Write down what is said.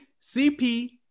CP